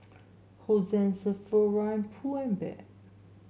Hosen Sephora Pull and Bear